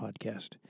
podcast